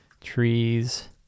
trees